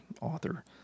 author